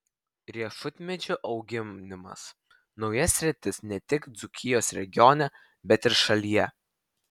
riešutmedžių auginimas nauja sritis ne tik dzūkijos regione bet ir šalyje